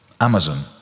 Amazon